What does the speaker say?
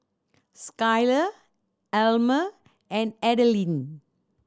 Skyler Almer and Adalynn